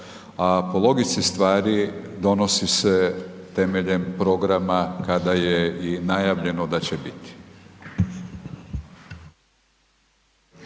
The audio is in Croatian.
a po logici stvari donosi se temeljem programa kada je i najavljeno da će biti.